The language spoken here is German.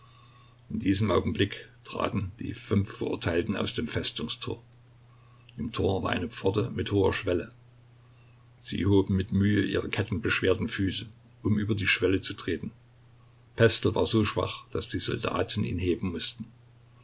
in diesem augenblick traten die fünf verurteilten aus dem festungstor im tor war eine pforte mit hoher schwelle sie hoben mit mühe ihre kettenbeschwerten füße um über die schwelle zu treten pestel war so schwach daß die soldaten ihn heben mußten